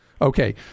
Okay